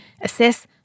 assess